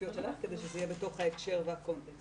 הספציפיות שהעלית כדי שזה יהיה בתוך ההקשר והקונטקסט.